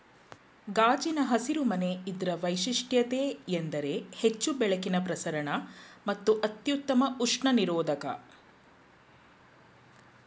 ಗಾಜಿನ ಹಸಿರು ಮನೆ ಇದ್ರ ವೈಶಿಷ್ಟ್ಯತೆಯೆಂದರೆ ಹೆಚ್ಚು ಬೆಳಕಿನ ಪ್ರಸರಣ ಮತ್ತು ಅತ್ಯುತ್ತಮ ಉಷ್ಣ ನಿರೋಧಕ